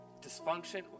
dysfunction